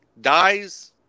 dies